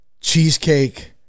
cheesecake